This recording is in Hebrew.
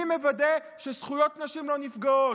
מי מוודא שזכויות נשים לא נפגעות?